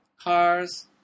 cars